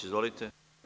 Izvolite.